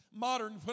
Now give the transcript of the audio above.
modern